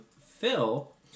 Phil